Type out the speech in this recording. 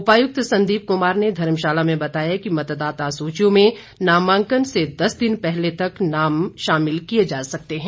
उपायुक्त संदीप कुमार ने धर्मशाला में बताया कि मतदाता सूचियों में नामांकन से दस दिन पहले तक नाम शामिल किए जा सकते हैं